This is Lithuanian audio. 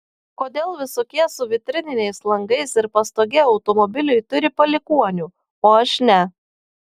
kodėl visokie su vitrininiais langais ir pastoge automobiliui turi palikuonių o aš ne